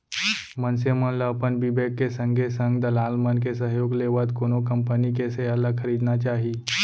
मनसे मन ल अपन बिबेक के संगे संग दलाल मन के सहयोग लेवत कोनो कंपनी के सेयर ल खरीदना चाही